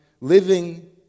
living